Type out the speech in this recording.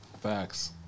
facts